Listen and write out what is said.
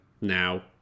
now